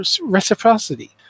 reciprocity